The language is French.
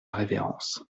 révérence